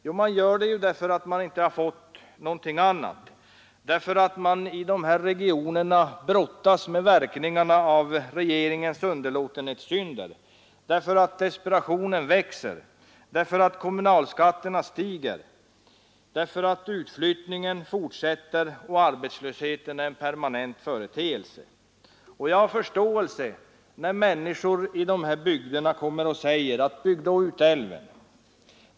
Jo, man gör det därför att man inte har fått någonting annat, därför att man i de här regionerna brottas med verkningarna av regeringens underlåtenhetssynder, därför att desperationen växer, därför att kommunalskatterna stiger, därför att utflyttningen fortsätter och arbetslösheten är en permanent företeelse. Jag har förståelse när människor i de här bygderna säger: Bygg då ut älven!